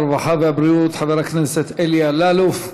הרווחה והבריאות חבר הכנסת אלי אלאלוף.